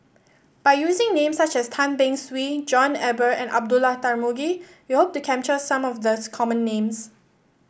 by using names such as Tan Beng Swee John Eber and Abdullah Tarmugi we hope to capture some of the common names